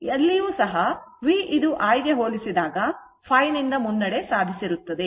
ಇಲ್ಲಿಯೂ ಸಹ v ಇದು I ಗೆ ಹೋಲಿಸಿದಾಗ ϕ ನಿಂದ ಮುನ್ನಡೆ ಸಾಧಿಸಿರುತ್ತದೆ